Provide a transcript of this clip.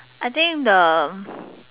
I think the